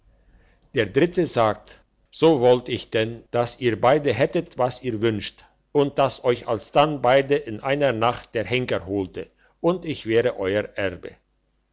der dritte sagte so wollt ich denn dass ihr beide hättet was ihr wünscht und dass euch alsdann beide in einer nacht der henker holte und ich wär euer erbe